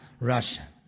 Russia